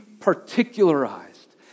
particularized